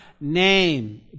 name